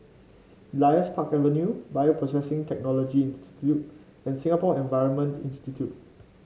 Elias Park Avenue Bioprocessing Technology Institute and Singapore Environment Institute